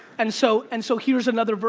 and so and so here's another,